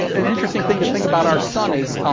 an interesting thing to think about our sun is